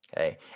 Okay